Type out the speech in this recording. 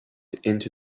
into